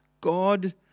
God